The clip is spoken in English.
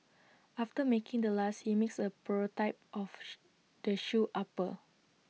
after making the last he makes A prototype of the shoe upper